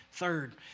Third